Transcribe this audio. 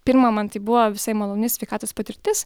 pirma man tai buvo visai maloni sveikatos patirtis